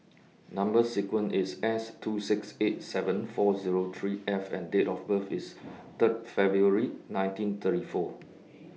Number sequence IS S two six eight seven four Zero three F and Date of birth IS Third February nineteen thirty four